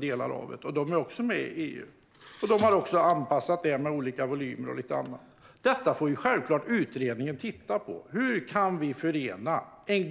De har även utökat vissa delar och anpassat med olika volymer och annat. Utredningen får självfallet titta på hur vi kan förena